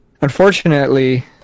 unfortunately